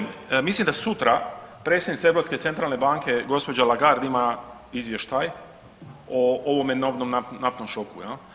Mislim da sutra predsjednica Europske centralne banke gospođa Lagarde ima izvještaj o ovom novom naftnom šoku jel.